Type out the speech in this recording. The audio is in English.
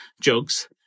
jokes